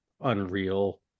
unreal